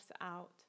out